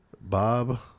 Bob